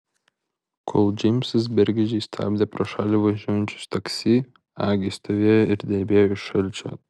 kol džeimsas bergždžiai stabdė pro šalį važiuojančius taksi agė stovėjo ir drebėjo iš šalčio